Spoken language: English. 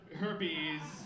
herpes